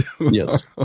Yes